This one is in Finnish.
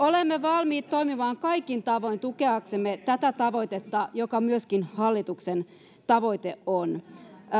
olemme valmiit toimimaan kaikin tavoin tukeaksemme tätä tavoitetta joka myöskin hallituksen tavoite on